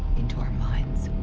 into our minds,